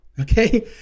Okay